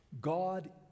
God